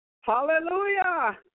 Hallelujah